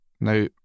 Now